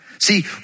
See